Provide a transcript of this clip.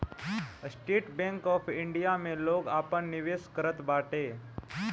estate Bank of India में लोग आपन निवेश करत बाटे